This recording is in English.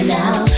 now